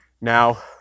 Now